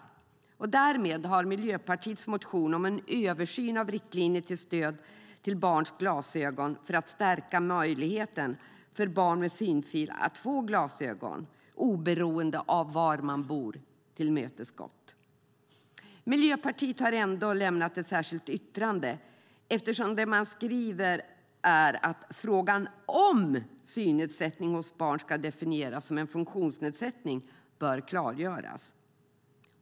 Därmed har man tillmötesgått Miljöpartiets motion om en översyn av riktlinjerna för stöd till barns glasögon för att stärka möjligheten för barn med synfel att få glasögon oberoende av var de bor. Miljöpartiet har ändå lämnat ett särskilt yttrande eftersom det man skriver är att frågan huruvida synnedsättning hos barn ska definieras som en funktionsnedsättning bör klargöras.